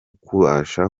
kubasha